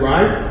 Right